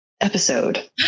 episode